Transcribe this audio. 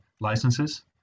licenses